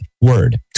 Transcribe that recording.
Word